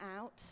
out